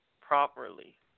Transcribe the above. Properly